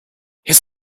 his